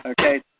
okay